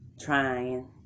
trying